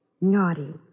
Naughty